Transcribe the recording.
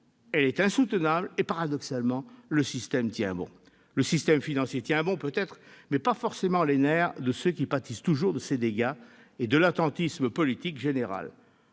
Elle est insoutenable et, paradoxalement, le système tient bon ». Le système financier peut-être, mais pas forcément les nerfs de ceux qui, pâtissant toujours de ses dégâts et de l'attentisme politique général,